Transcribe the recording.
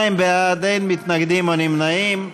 32 בעד, אין מתנגדים או נמנעים.